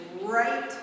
right